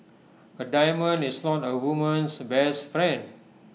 A diamond is not A woman's best friend